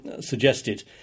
suggested